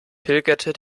pilgerte